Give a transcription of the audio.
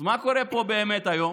אז מה קורה פה באמת היום?